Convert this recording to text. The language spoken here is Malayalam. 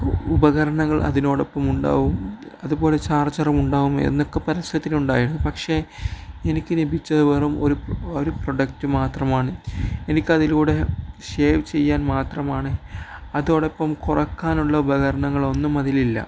ഉപകരണങ്ങൾ അതിനോടൊപ്പമുണ്ടാകും അതുപോലെ ചാർജറുമുണ്ടാകുമെന്നൊക്കെ പരസ്യത്തിലുണ്ടായിരുന്നു പക്ഷെ എനിക്ക് ലഭിച്ചത് വെറുമൊരു ഒരു പ്രൊഡക്റ്റ് മാത്രമാണ് എനിക്കതിലൂടെ ഷേവ് ചെയ്യാൻ മാത്രമാണ് അതോടൊപ്പം കുറയ്ക്കാനുള്ള ഉപകരണങ്ങളൊന്നും അതിലില്ല